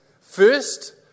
First